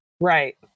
Right